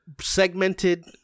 segmented